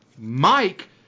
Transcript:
Mike